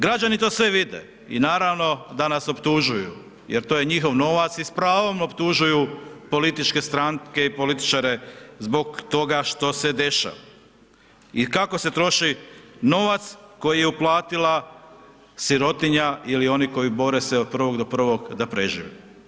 Građani sve to vide i naravno da nas optužuju jer to je njihov novac i s pravom optužuju političke stranke i političare zbog toga što se dešava i kako se troši novac koji je uplatila sirotinja ili oni koji bore se od prvog do prvog da prežive.